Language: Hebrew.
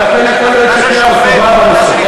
ולכן יכול להיות שתהיה הרחבה בנושא.